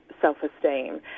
self-esteem